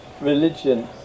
religion